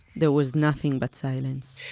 there was nothing but silence.